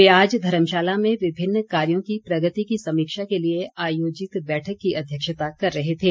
वे आज धर्मशाला में विभिन्न कार्यो की प्रगति की समीक्षा के लिए आयोजित बैठक की अध्यक्षता कर रहे थे